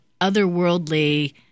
otherworldly